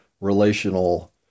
relational